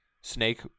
snake